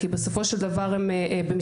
בסופו של דבר יש להם קשיים במסגרות